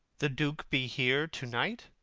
the duke be here to-night?